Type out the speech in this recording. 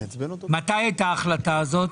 מתי הייתה ההחלטה הזאת?